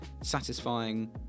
satisfying